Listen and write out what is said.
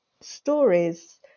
stories